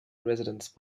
residence